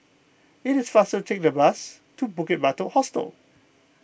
it is faster to take the bus to Bukit Batok Hostel